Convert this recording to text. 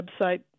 website